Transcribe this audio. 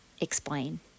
explain